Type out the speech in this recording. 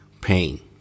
pain